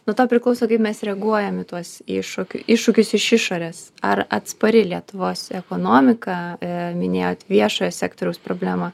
nuo to priklauso kaip mes reaguojam į tuos iššūkių iššūkius iš išorės ar atspari lietuvos ekonomika e minėjot viešojo sektoriaus problemą